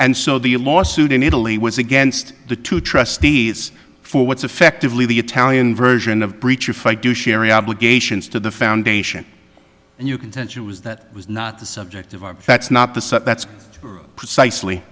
and so the lawsuit in italy was against the two trustees for what's effectively the italian version of breach if i do cherie obligations to the foundation and you contention was that was not the subject of our that's not the set that's precisely